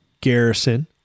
Garrison